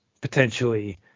potentially